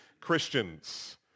Christians